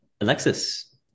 Alexis